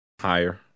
Higher